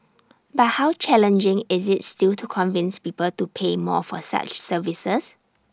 but how challenging is IT still to convince people to pay more for such services